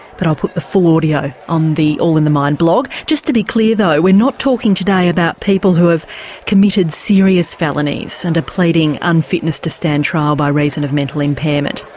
but i'll put the full audio on the all in the mind blog. just to be clear, though, we're not talking today about people who have committed serious felonies and are pleading unfitness to stand trial by reason of mental impairment.